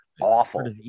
awful